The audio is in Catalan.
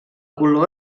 color